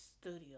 studio